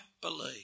believe